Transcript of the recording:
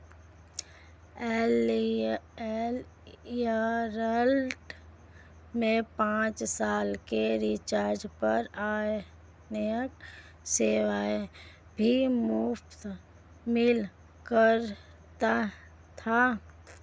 Airtel में पाँच सौ के रिचार्ज पर अन्य सेवाएं भी मुफ़्त मिला करती थी